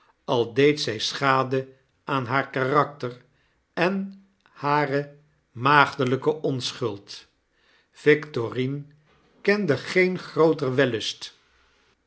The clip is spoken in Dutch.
al deed zjj schade aan haar karakter en aan hare maagdelpe onschuld victorine kende geen grooter wellust